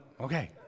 Okay